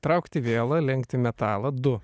traukti vėlą lenkti metalą du